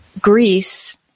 Greece